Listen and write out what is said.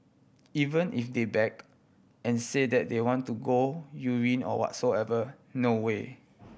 even if they beg and say that they want to go urine or whatsoever no way